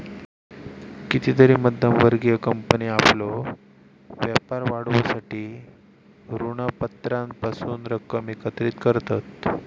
कितीतरी मध्यम वर्गीय कंपनी आपलो व्यापार वाढवूसाठी ऋणपत्रांपासून रक्कम एकत्रित करतत